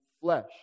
flesh